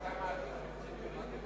אתה מעדיף את ציפי לבני,